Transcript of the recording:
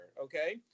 Okay